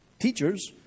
teachers